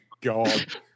God